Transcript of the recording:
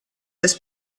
this